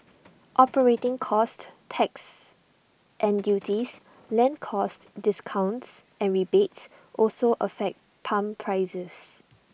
operating costs taxes and duties land costs discounts and rebates also affect pump prices